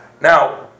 Now